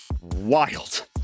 Wild